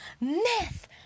myth